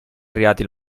arrivato